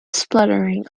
spluttering